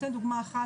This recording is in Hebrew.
אתן דוגמה אחת,